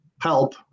help